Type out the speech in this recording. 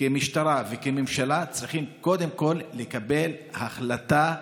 כמשטרה וכממשלה צריכים קודם כול לקבל החלטה עקרונית,